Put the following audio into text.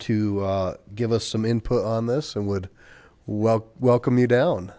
to give us some input on this and would well welcome you down